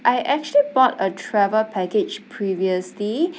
I actually bought a travel package previously